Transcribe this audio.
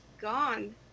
gone